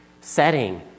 setting